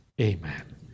amen